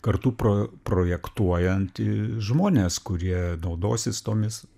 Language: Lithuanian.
kartu pro projektuojant į žmones kurie naudosis tomis